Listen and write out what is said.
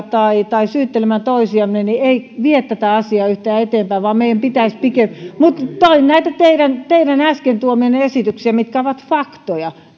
tai toistemme syyttely ei vie tätä asiaa yhtään eteenpäin vaan meidän pitäisi pikemminkin mutta toin näitä teidän teidän äsken tuomianne esityksiä jotka ovat faktoja